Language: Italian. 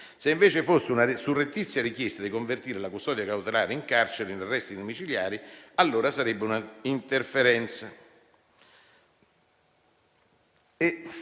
se invece fosse una surrettizia richiesta di convertire la custodia cautelare in carcere in arresti domiciliari, allora sarebbe una interferenza.